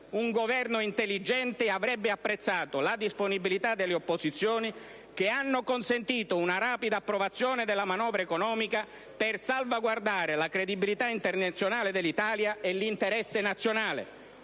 Un Governo intelligente avrebbe apprezzato la disponibilità delle opposizioni che hanno consentito una rapida approvazione della manovra economica per salvaguardare la credibilità internazionale dell'Italia e l'interesse nazionale.